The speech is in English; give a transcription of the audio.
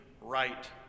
right